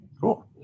Cool